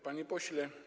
Panie Pośle!